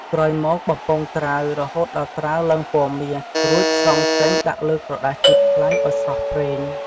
ក្រោយមក បំពងត្រាវ រហូតដល់ត្រាវឡើងពណ៌មាស រួចស្រង់ចេញដាក់លើក្រដាសជូតខ្លាញ់ឱ្យស្រស់ប្រេង។